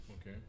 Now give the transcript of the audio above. okay